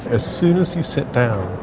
as soon as you sit down,